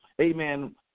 amen